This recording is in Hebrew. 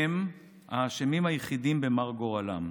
הם האשמים היחידים במר גורלם.